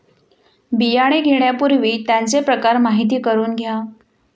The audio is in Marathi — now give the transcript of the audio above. बियाणे घेण्यापूर्वी त्यांचे प्रकार माहिती करून घ्या